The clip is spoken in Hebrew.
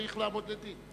או שצריך לעמוד לדין?